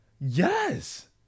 Yes